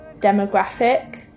demographic